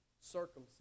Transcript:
circumcision